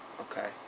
Okay